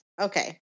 okay